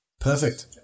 Perfect